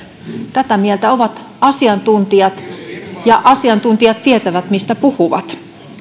tätä mieltä ovat asiantuntijat ja asiantuntijat tietävät mistä puhuvat